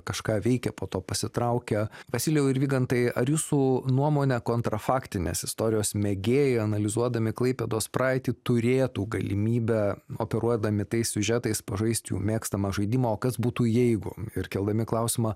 kažką veikė po to pasitraukia vasilijau ir vygantai ar jūsų nuomone kontrafaktinės istorijos mėgėjai analizuodami klaipėdos praeitį turėtų galimybę operuodami tais siužetais pažaist jų mėgstamą žaidimą o kas būtų jeigu ir keldami klausimą